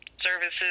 services